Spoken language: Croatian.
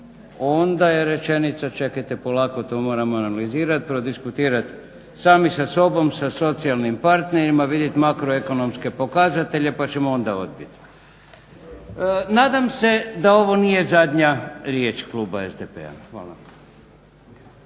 onda je rečenica čekajte polako to moramo analizirat, prodiskutirat sami sa sobom, sa socijalnim partnerima, vidjet makroekonomske pokazatelje, pa ćemo onda odbit. Nadam se da ovo nije zadnja riječ kluba SDP-a. Hvala